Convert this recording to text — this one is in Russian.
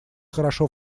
хорошо